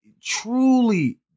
truly